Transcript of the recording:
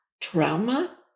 trauma